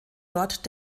dort